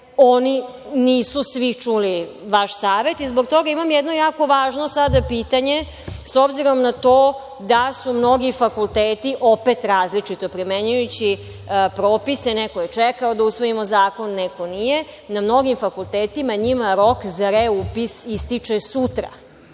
Oni nisu svi čuli vaš savet i zbog toga imam jedno jako važno pitanje. S obzirom na to da su mnogi fakulteti opet različito primenjujući propise, neko je čekao da usvojimo zakon, neko nije… Na mnogim fakultetima njima rok za reupis ističe sutra